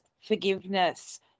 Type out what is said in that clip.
forgiveness